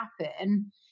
happen